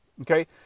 okay